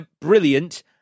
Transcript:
brilliant